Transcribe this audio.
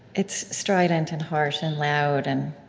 it's strident and harsh and loud and